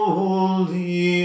holy